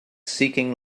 seeking